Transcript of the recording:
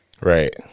Right